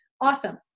awesome